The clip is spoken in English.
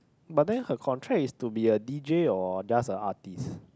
but then her contract is to be a d_j or just a artiste